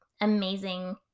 amazing